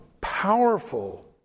powerful